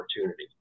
opportunity